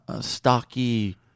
stocky